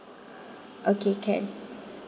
okay can